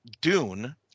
Dune